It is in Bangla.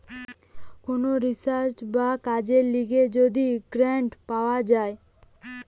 কোন রিসার্চ বা কাজের লিগে যদি গ্রান্ট পাওয়া যায়